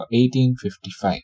1855